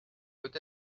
peut